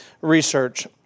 research